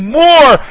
more